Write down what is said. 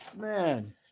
man